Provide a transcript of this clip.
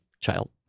child